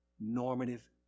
normative